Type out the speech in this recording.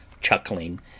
chuckling